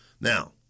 Now